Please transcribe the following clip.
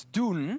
doen